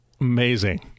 Amazing